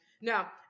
Now